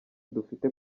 dufite